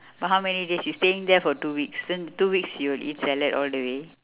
but how many days you staying there for two weeks then the two weeks you will eat salad all the way